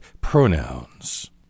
pronouns